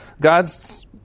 God's